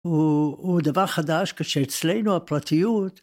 ‫הוא דבר חדש כשאצלנו הפרטיות...